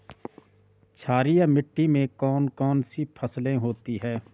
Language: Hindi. क्षारीय मिट्टी में कौन कौन सी फसलें होती हैं?